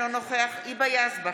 אינו נוכח היבה יזבק,